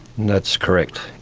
that's correct.